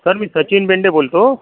sir मी सचिन बेंडे बोलतो